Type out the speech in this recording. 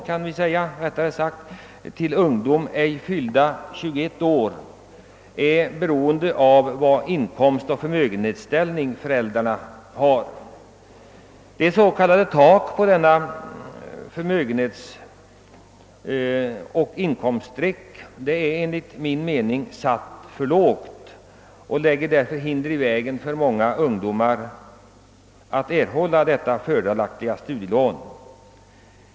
ungdomar som ej fyllt 21 år är beroende av vilken inkomstoch förmögenhetsställning föräldrarna har. Det s.k. taket är härvidlag, enligt min mening, satt för lågt och utgör för många ungdomar ett hinder när det gäller att erhålla dessa fördelaktiga studielån.